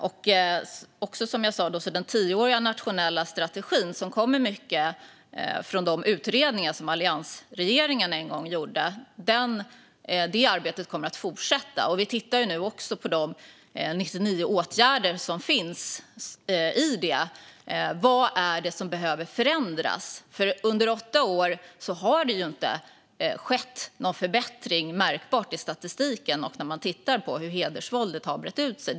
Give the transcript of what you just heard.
Jag sa också att den tioåriga nationella strategin utgår mycket från den utredning som alliansregeringen lät göra, och det arbetet kommer att fortsätta. Vi tittar nu också på de 99 åtgärder som finns i strategin, nämligen vad som behöver förändras. När man tittar på hur hedersvåldet har brett ut sig kan man se att det under åtta år inte har skett någon märkbar förbättring i statistiken.